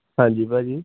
ਹਾਂਜੀ ਭਾਅ ਜੀ